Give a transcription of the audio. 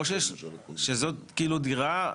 או שזאת דירה,